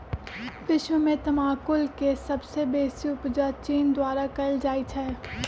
विश्व में तमाकुल के सबसे बेसी उपजा चीन द्वारा कयल जाइ छै